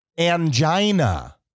angina